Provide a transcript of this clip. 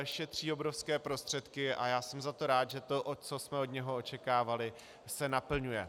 Šetří obrovské prostředky a já jsem za to rád, že to, co jsme od něho očekávali, se naplňuje.